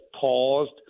paused